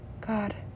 God